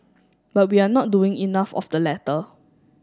but we are not doing enough of the latter